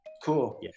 Cool